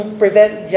prevent